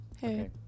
Hey